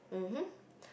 mmhmm